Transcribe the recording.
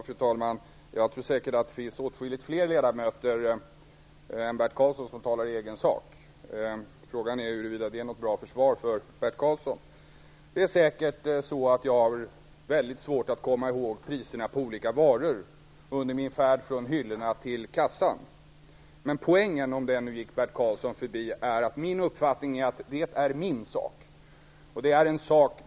Fru talman! Jag tror visst att det finns åtskilligt fler ledamöter än Bert Karlsson som talar i egen sak. Frågan är huruvida det är något bra försvar för Bert Det är säkert så att jag har mycket svårt att komma ihåg priserna på olika varor under min färd från hyllorna till kassan. Men poängen, om den nu gick Bert Karlsson förbi, är att jag anser det vara min sak.